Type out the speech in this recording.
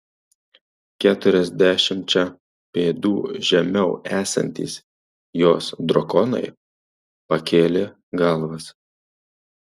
keturiasdešimčia pėdų žemiau esantys jos drakonai pakėlė galvas